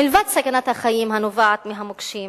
מלבד סכנת החיים הנובעת מהמוקשים,